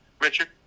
richard